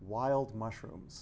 wild mushrooms